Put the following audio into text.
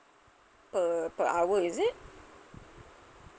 per per hour is it